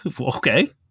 okay